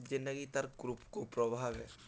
ଯେନ୍ନାକି ତା'ର୍ କୃପକୁପ୍ରଭାବଏ